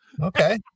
Okay